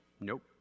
Nope